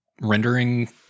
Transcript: rendering